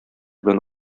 белән